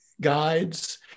guides